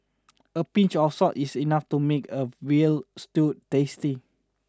a pinch of salt is enough to make a veal stew tasty